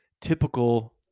typical